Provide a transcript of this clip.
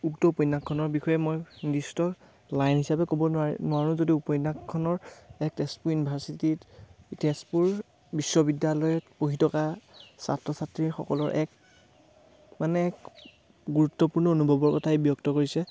উক্ত উপন্যাসখনৰ বিষয়ে মই নিৰ্দিষ্ট লাইন হিচাপে ক'ব নোৱাৰি নোৱাৰোঁ যদি উপন্যাসখনৰ এক তেজপুৰ ইউনিভাৰ্চিটিত তেজপুৰ বিশ্ববিদ্যালয়ত পঢ়ি থকা ছাত্ৰ ছাত্ৰীসকলৰ এক মানে এক গুৰুত্বপূৰ্ণ অনুভৱৰ কথাই ব্যক্ত কৰিছে